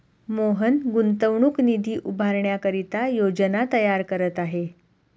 मोहन गुंतवणूक निधी उभारण्याकरिता योजना तयार करत आहे